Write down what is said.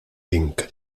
inc